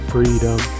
Freedom